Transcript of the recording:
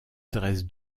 dressent